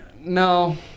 no